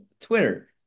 Twitter